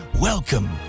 Welcome